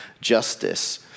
justice